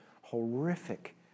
horrific